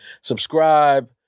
Subscribe